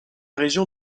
région